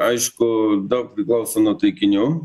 aišku daug priklauso nuo taikinių